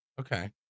Okay